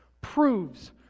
proves